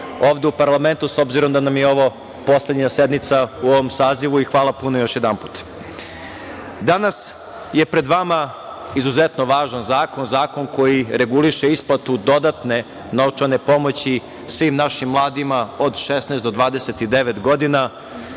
ovde u parlamentu, s obzirom da nam je ovo poslednja sednica u ovom sazivu i hvala puno još jedanput. Danas je pred vama izuzetno važan zakon, zakon koji reguliše isplatu dodatne novčane pomoći svim našim mladima od 16 do 29 godina.